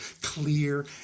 clear